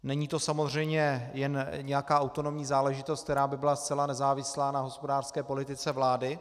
Není to samozřejmě jen nějaká autonomní záležitost, která by byla zcela nezávislá na hospodářské politice vlády.